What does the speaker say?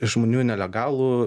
žmonių nelegalų